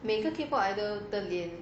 每个 K pop idol 的脸